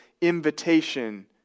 invitation